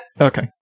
Okay